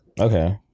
okay